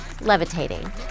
Levitating